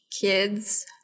kids